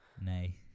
nay